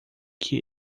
que